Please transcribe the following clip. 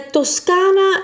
toscana